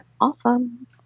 awesome